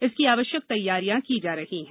इसकी आवश्यक तैयारियां की जा रही हैं